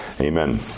Amen